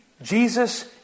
Jesus